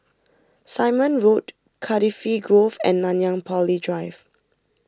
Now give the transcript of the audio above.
Simon Road Cardifi Grove and Nanyang Poly Drive